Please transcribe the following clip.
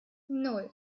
nan